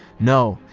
no!